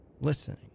listening